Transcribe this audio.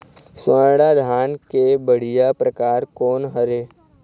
स्वर्णा धान के बढ़िया परकार कोन हर ये?